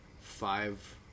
Five